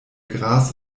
gras